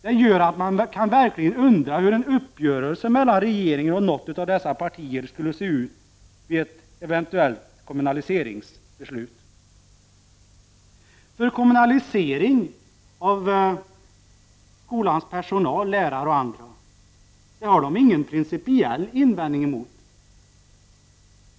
Det gör att man verkligen kan undra hur en uppgörelse mellan regeringen och något av dessa partier skulle se ut vid ett eventuellt kommunaliseringsbeslut. För kommunalisering av skolans personal, lärare och andra, har de ingen principiell invändning mot.